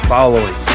Following